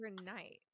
overnight